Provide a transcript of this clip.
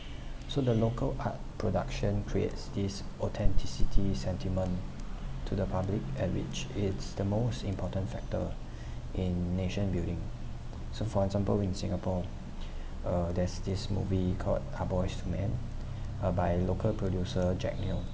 so the local art production creates this authenticity sentiment to the public and which is the most important factor in nation building so for example in singapore uh there's this movie called ah boys to men uh by local producer jack neo